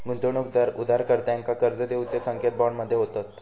गुंतवणूकदार उधारकर्त्यांका कर्ज देऊचे संकेत बॉन्ड मध्ये होतत